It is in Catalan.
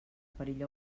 perill